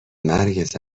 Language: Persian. مرگت